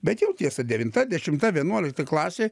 bet jau tiesa devinta dešimta vienuolikta klasė